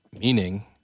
meaning